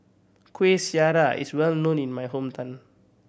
Kuih Syara is well known in my hometown